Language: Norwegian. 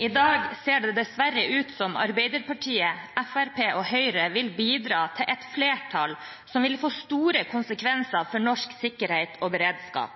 I dag ser det dessverre ut til at Arbeiderpartiet, Fremskrittspartiet og Høyre vil bidra til et flertall som vil få store konsekvenser for norsk sikkerhet og beredskap.